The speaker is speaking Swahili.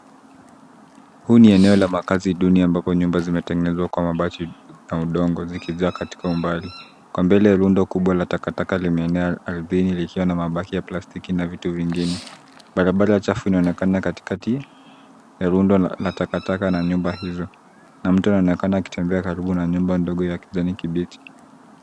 Huu ni eneo la makaazi duni ambapo nyumba zimetengenezwa kwa mabati na udongo zikijaa katika umbali. Kwa mbele rundo kubwa la takataka limeenea ardhini likiwa na mabaki ya plastiki na vitu vingine. Barabara chafu inaonekana katikati ya rundo la takataka na nyumba hizo na mtu anaonekana akitembea karibu na nyumba ndogo ya kijani kibichi.